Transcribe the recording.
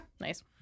nice